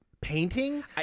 Painting